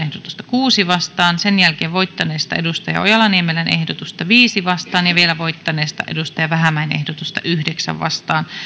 kuuteen vastaan sen jälkeen voittaneesta johanna ojala niemelän ehdotusta viiteen vastaan ja vielä voittaneesta ville vähämäen ehdotusta yhdeksään vastaan